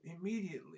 immediately